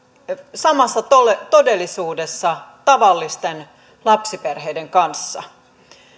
samassa todellisuudessa tavallisten lapsiperheiden kanssa